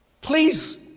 Please